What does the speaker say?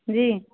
जी